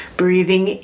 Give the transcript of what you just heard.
breathing